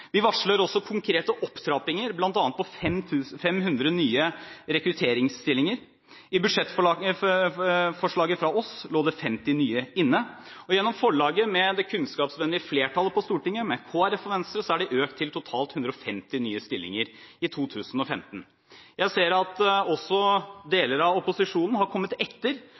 Vi varsler også konkrete opptrappinger, bl.a. på 500 nye rekrutteringsstillinger. I budsjettforslaget fra oss lå det 50 nye inne, og gjennom forliket med det kunnskapsvennlige flertallet på Stortinget – med Kristelig Folkeparti og Venstre – er det økt til totalt 150 nye stillinger i 2015. Jeg ser at også deler av opposisjonen har kommet etter,